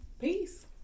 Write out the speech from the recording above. peace